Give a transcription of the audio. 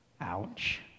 Ouch